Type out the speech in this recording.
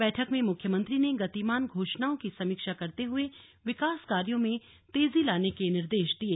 बैठक में मुख्यमंत्री ने गतिमान घोषणाओं की समीक्षा करते हुए विकास कार्यो में तेजी लाने के निर्देश दिये